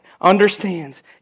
understands